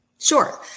Sure